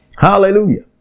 Hallelujah